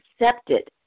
accepted